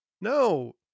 no